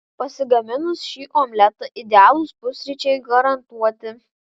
pasigaminus šį omletą idealūs pusryčiai garantuoti